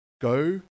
Go